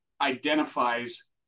identifies